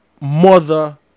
Mother